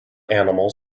animals